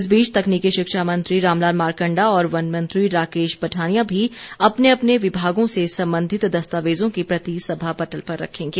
इस बीच तकनीकी शिक्षा मंत्री रामलाल मारकंडा और वन मंत्री राकेश पठानिया भी अपने अपने विभागों से संबंधित दस्तावेजों की प्रति सभा पटल पर रखेंगे